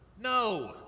No